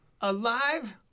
alive